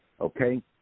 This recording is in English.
Okay